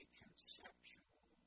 conceptual